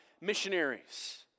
missionaries